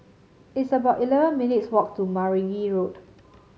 it's about eleven minutes' walk to Meragi Road